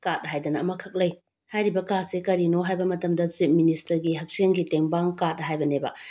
ꯀꯥꯠ ꯍꯥꯏꯗꯅ ꯑꯃꯈꯛ ꯂꯩ ꯍꯥꯏꯔꯤꯕ ꯀꯥꯠꯁꯦ ꯀꯔꯤꯅꯣ ꯍꯥꯏꯕ ꯃꯇꯝꯗ ꯆꯤꯞ ꯃꯤꯅꯤꯁꯇ꯭ꯔꯒꯤ ꯍꯛꯁꯦꯜꯒꯤ ꯇꯦꯡꯕꯥꯡ ꯀꯥꯠ ꯍꯥꯏꯕꯅꯦꯕ